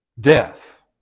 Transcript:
Death